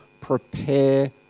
prepare